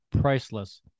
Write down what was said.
priceless